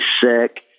sick